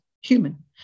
human